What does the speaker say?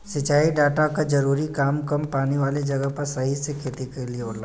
सिंचाई डाटा क जरूरी काम कम पानी वाले जगह पर सही से खेती क लिए होला